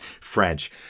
French